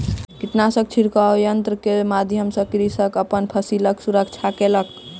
कीटनाशक छिड़काव यन्त्र के माध्यम सॅ कृषक अपन फसिलक सुरक्षा केलक